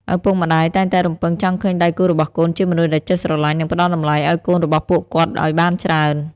ឪពុកម្ដាយតែងតែរំពឹងចង់ឃើញដៃគូរបស់កូន ជាមនុស្សដែលចេះស្រឡាញ់ និងផ្ដល់តម្លៃឱ្យកូនរបស់ពួកគាត់ឱ្យបានច្រើន។